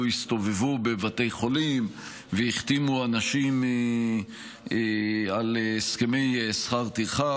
הסתובבו בבתי חולים והחתימו אנשים על הסכמי שכר טרחה.